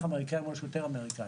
האמריקאי.